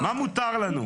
מה מותר לנו?